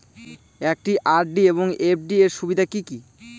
একটি আর.ডি এবং এফ.ডি এর সুবিধা কি কি?